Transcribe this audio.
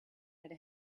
had